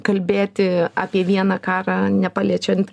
kalbėti apie vieną karą nepaliečiant